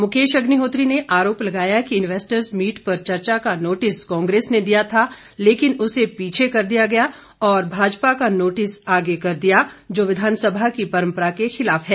मुकेश अग्निहोत्री ने आरोप लगाया कि इन्वेस्टर्स मीट पर चर्चा का नोटिस कांग्रेस ने दिया था लेकिन उसे पीछे कर दिया और भाजपा का नोटिस आगे कर दिया जो विधानसभा की परंपरा के खिलाफ है